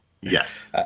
Yes